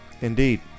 indeed